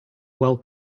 well